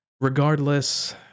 regardless